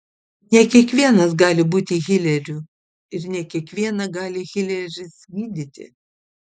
ne kiekvienas gali būti hileriu ir ne kiekvieną gali hileris gydyti